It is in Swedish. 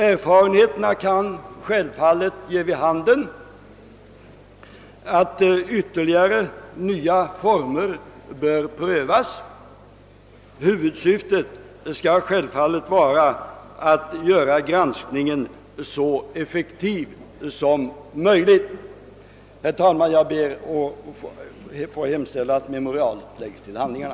Erfarenheterna kan självfallet ge vid handen att även andra nya former bör prövas. Huvudsyftet skall naturligtvis vara att göra granskningen så effektiv som möjligt. Herr talman! Jag ber att få hemställa att förevarande memorial läggs till hand. lingarna.